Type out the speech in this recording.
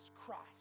Christ